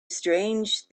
strange